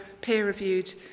peer-reviewed